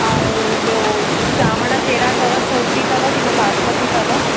ऐं ॿियो चांवरु कहिड़ा अथव सूरती अथव की न बासमती अथव